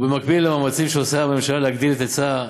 ובמקביל למאמצים שעושה הממשלה להגדיל את ההיצע,